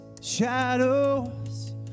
shadows